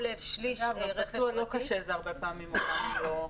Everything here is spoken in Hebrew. גם פצוע לא קשה זה הרבה פעמים עולם ומלואו.